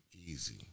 Easy